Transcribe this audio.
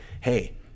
hey